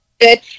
good